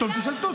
אותך"?